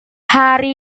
hari